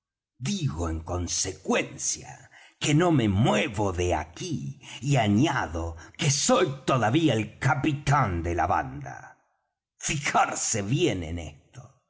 digo en consecuencia que no me muevo de aquí y añado que soy todavía el capitán de la banda fijarse bien en